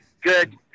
Good